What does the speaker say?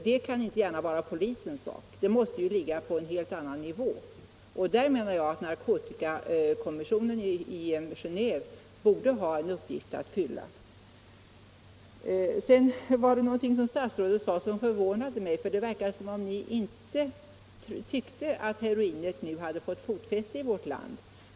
Det kan inte gärna vara polisens sak — det måste ligga på en helt annan nivå. Jag anser att narkotikakommissionen i Geneve här borde ha en uppgift att fylla. Sedan sade statsrådet en sak som förvånade mig. Det verkade som om ni inte tyckte att heroinet nu hade fått fotfäste i vårt land.